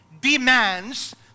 demands